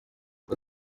for